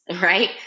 Right